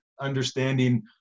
understanding